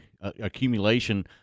accumulation